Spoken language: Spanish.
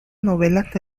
novelas